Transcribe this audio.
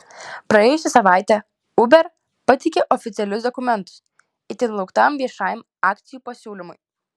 praėjusią savaitę uber pateikė oficialius dokumentus itin lauktam viešajam akcijų pasiūlymui